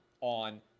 on